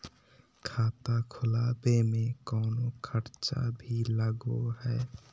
खाता खोलावे में कौनो खर्चा भी लगो है?